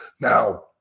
Now